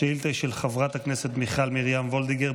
השאילתה היא של חברת הכנסת מיכל מרים וולדיגר,